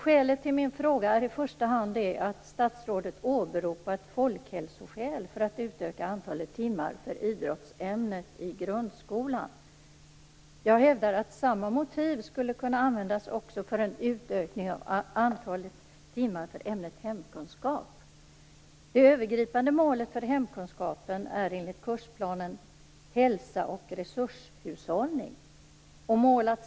Skälet till min fråga är i första hand att statsrådet åberopar folkhälsoskäl för att utöka antalet timmar för idrottsämnet i grundskolan. Jag hävdar att samma motiv skulle kunna användas också för en utökning av antalet timmar för ämnet hemkunskap. Det övergripande målet för hemkunskapen är enligt kursplanen hälsa och resurshushållning.